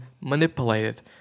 manipulated